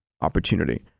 opportunity